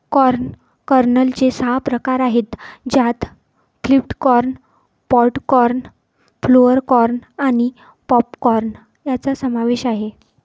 corn कर्नलचे सहा प्रकार आहेत ज्यात flint corn, pod corn, flour corn आणि पॉप कॉर्न यांचा समावेश आहे